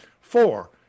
Four